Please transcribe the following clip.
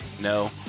No